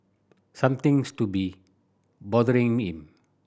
something use to be bothering him